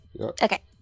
Okay